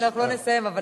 אז, לא, אנחנו לא נסיים.